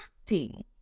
acting